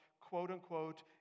quote-unquote